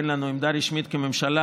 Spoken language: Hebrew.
אין לנו עמדה רשמית כממשלה,